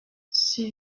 sur